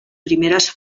primeres